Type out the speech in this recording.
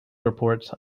report